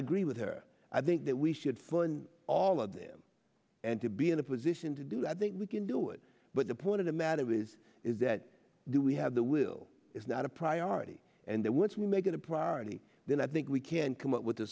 agree with her i think that we should fun all of them and to be in a position to do i think we can do it but the point of the matter is is that do we have the will is not a priority and that once we make it a priority then i think we can come up with